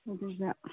ꯑꯗꯨꯅ